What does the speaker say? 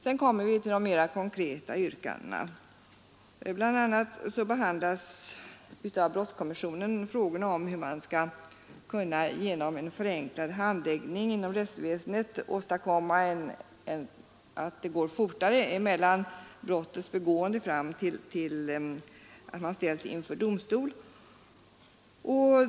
Sedan kommer vi till de mera konkreta yrkandena. Bl. a. behandlas av brottskommissionen frågorna om hur man genom en förenklad handläggning inom rättsväsendet skall kunna åstadkomma en förkortning av tiden mellan brottets. begående fram till det att vederbörande ställs inför domstol.